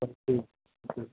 चलो ठीक ठीक